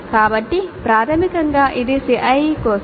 కాబట్టి ప్రాథమికంగా ఇది CIE కోసం